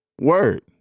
Word